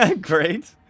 Great